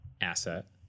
asset